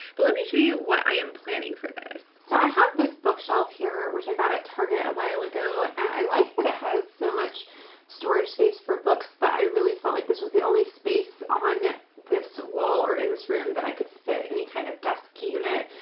but let me show you what i am planning for this. so i have this bookshelf here which i got at target a while ago and i like that it has so much storage space for books, but i really felt like this was the only space on this wall or in this room that i could fit any kind of desk unit.